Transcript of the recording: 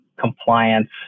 compliance